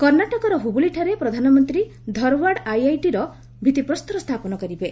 କର୍ଣ୍ଣାଟକର ହୁବୁଲିଠାରେ ପ୍ରଧାନମନ୍ତ୍ରୀ ଧରୱାଡ ଆଇଆଇଟିର ଭିଭିପ୍ରସ୍ତର ସ୍ଥାପନ କରିବେ